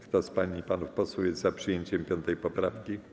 Kto z pań i panów posłów jest za przyjęciem 5. poprawki?